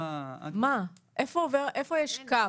איפה יש קו?